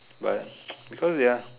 but because ya